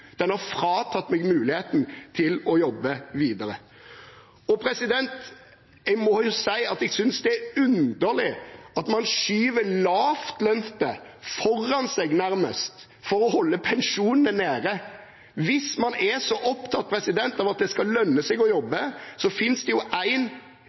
Den har fratatt dem muligheten til å jobbe videre. Jeg må jo si jeg synes det er underlig at man nærmest skyver lavtlønte foran seg for å holde pensjonene nede. Hvis man er så opptatt av at det skal lønne seg å